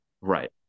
right